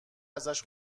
ازش